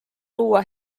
luua